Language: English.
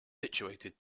situated